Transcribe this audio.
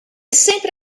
sempre